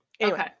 Okay